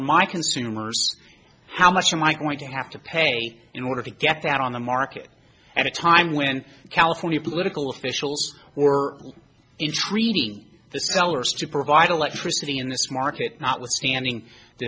my consumers how much am i going to have to pay in order to get that on the market at a time when california political officials were in treating the sellers to provide electricity in this market notwithstanding the